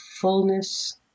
fullness